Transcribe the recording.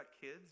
kids